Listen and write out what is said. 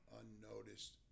unnoticed